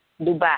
Dubai